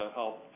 help